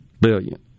billion